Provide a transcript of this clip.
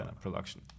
production